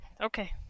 Okay